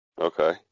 Okay